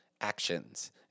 actions